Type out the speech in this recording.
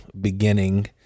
beginning